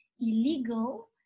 illegal